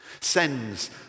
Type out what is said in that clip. sends